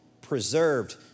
preserved